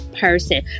person